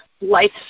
life